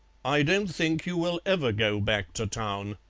i don't think you will ever go back to town,